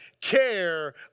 care